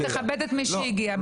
תכבד את מי שהגיע.